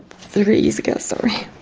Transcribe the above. three years ago, sorry,